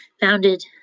founded